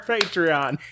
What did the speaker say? Patreon